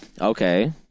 Okay